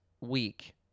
week